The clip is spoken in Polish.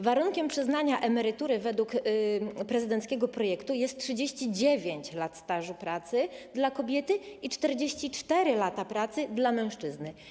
Warunkiem przyznania emerytury według prezydenckiego projektu jest 39 lat stażu pracy dla kobiety i 44 lata pracy dla mężczyzny.